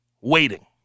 waiting